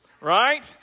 right